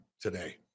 today